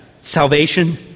salvation